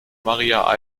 maria